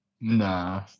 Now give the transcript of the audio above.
Nah